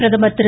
பிரதமர் திரு